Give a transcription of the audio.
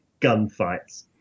gunfights